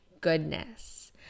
goodness